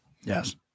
Yes